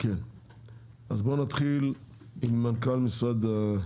נתחיל עם מנכ"ל המשרד.